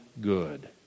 good